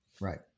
Right